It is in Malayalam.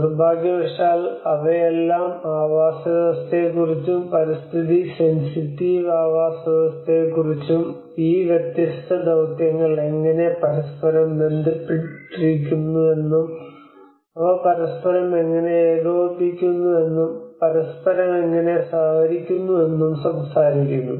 നിർഭാഗ്യവശാൽ അവയെല്ലാം ആവാസവ്യവസ്ഥയെക്കുറിച്ചും പരിസ്ഥിതി സെൻസിറ്റീവ് ആവാസ വ്യവസ്ഥകളെക്കുറിച്ചും ഈ വ്യത്യസ്ത ദൌത്യങ്ങൾ എങ്ങനെ പരസ്പരം ബന്ധപ്പെട്ടിരിക്കുന്നുവെന്നും അവ പരസ്പരം എങ്ങനെ ഏകോപിപ്പിക്കുന്നുവെന്നും പരസ്പരം എങ്ങനെ സഹകരിക്കുന്നുവെന്നും സംസാരിക്കുന്നു